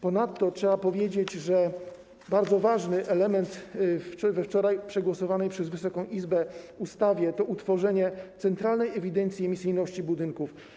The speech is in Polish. Ponadto trzeba powiedzieć, że bardzo ważny element we wczoraj przegłosowanej przez Wysoką Izbę ustawie to utworzenie Centralnej Ewidencji Emisyjności Budynków.